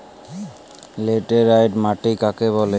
Laterite মাটি কাকে বলে?